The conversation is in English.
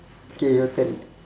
K your turn